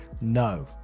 no